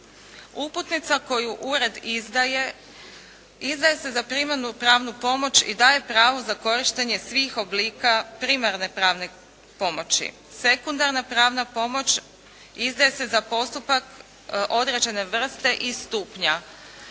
Uputnica koju ured izdaje, izdaje se za primarnu pravnu pomoć i daje pravo za korištenje svih oblika primarne pravne pomoći. Sekundarna pomoć izdaje se za postupak određene vrste i stupnja.